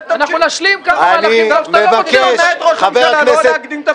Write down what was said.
אנחנו נשלים כמה מהלכים --- חבר הכנסת,